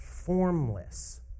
formless